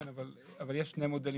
אבל יש שני מודלים.